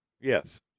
Yes